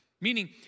Meaning